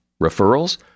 Referrals